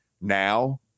now